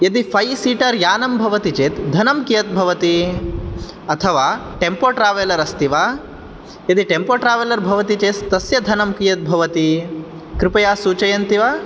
यदि सीटर् यानं भवति चेत् धनं कियत् भवति अथवा टेम्पो ट्रावेलर् अस्ति वा यदि टेम्पो ट्रावेलर् भवति चेत् तस्य धनं कियत् भवति कृपया सूचयन्ति वा